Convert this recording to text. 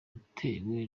utewe